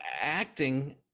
acting